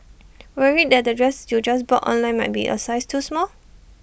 worried that the dress you just bought online might be A size too small